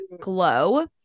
glow